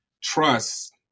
trust